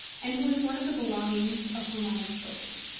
and who is one of the belongings of whom i have spoken.